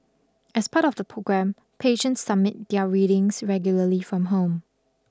as part of the programme patients submit their readings regularly from home